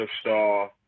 star